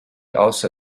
also